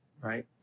right